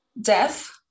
Death